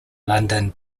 london